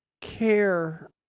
care